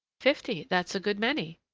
fifty, that's a good many,